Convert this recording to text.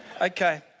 Okay